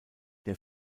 der